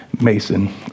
Mason